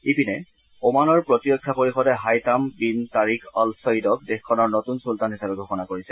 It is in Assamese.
ইপিনে ওমানৰ প্ৰতিৰক্ষা পৰিষদে হাইতাম বিন তাৰিক অল ছয়ীদক দেশখনৰ নতুন চুলতান হিচাপে ঘোষণা কৰিছে